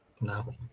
No